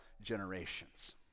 generations